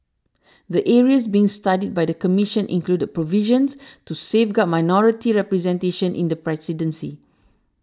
the areas being studied by the Commission include provisions to safeguard minority representation in the presidency